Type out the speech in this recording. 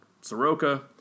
Soroka